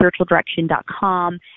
spiritualdirection.com